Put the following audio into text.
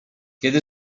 kiedy